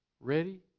ready